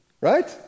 right